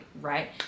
right